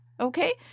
Okay